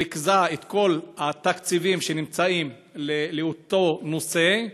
ריכזה את כל התקציבים שנמצאים לאותו נושא,